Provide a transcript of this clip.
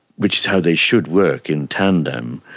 which is how they should work in tandem,